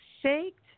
shaked